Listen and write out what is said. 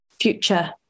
future